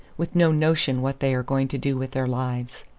with no notion what they are going to do with their lives.